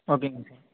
ஓகேங்க சார்